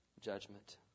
judgment